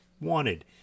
wanted